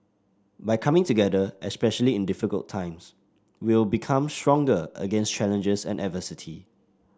by coming together especially in difficult times we will become stronger against challenges and adversity